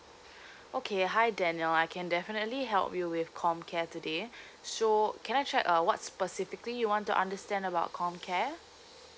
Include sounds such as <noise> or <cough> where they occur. okay hi daniel I can definitely help you with comcare today <breath> so can I check uh what specifically you want to understand about comcare